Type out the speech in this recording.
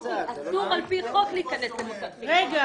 אסור על פי חוק להיכנס למוסד חינוכי.